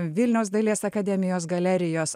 vilniaus dailės akademijos galerijos